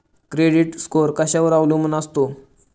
Credit score कशावर अवलंबून असतो?